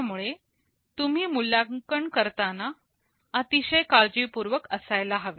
त्यामुळे तुम्ही मूल्यांकन करताना अतिशय काळजीपूर्वक असायला हवे